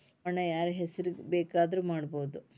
Bond ನ ಯಾರ್ಹೆಸ್ರಿಗ್ ಬೆಕಾದ್ರುಮಾಡ್ಬೊದು?